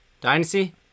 dynasty